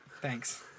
Thanks